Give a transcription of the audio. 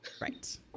Right